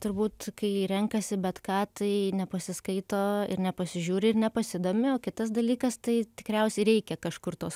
turbūt kai ji renkasi bet ką tai nepasiskaito ir nepasižiūri ir nepasidomi o kitas dalykas tai tikriausiai reikia kažkur tuos